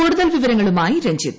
കൂടുതൽ വിവിരങ്ങളുമായി രഞ്ജിത്